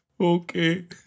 Okay